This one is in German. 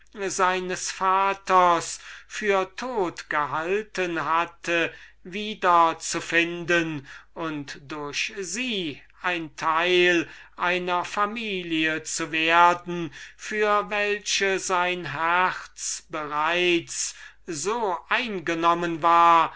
wieder zu finden und durch sie ein teil einer familie zu werden für welche sein herz bereits so eingenommen